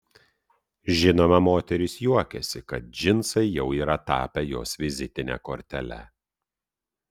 žinoma moteris juokiasi kad džinsai jau yra tapę jos vizitine kortele